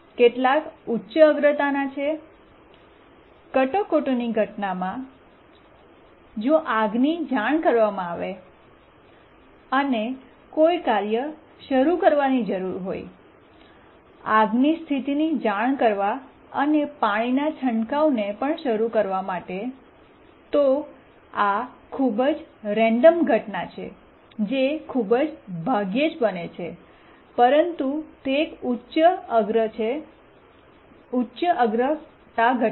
કેટલાક ઉચ્ચ અગ્રતાના છે કટોકટીની ઘટનામાં જો આગની જાણ કરવામાં આવે અને કોઈ કાર્ય શરૂ કરવાની જરૂર હોય આગની સ્થિતિની જાણ કરવા અને પાણીના છંટકાવને પણ માટેશરૂ કરવા તો આ ખૂબ જ રેન્ડમ ઘટના છે જે ખૂબ જ ભાગ્યે જ બને છે પરંતુ તે એક ઉચ્ચ છે અગ્રતા ઘટના